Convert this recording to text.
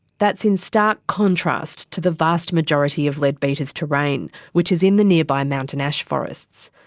that's in stark contrast to the vast majority of leadbeater's terrain, which is in the nearby mountain ash forests.